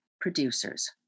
producers